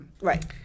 Right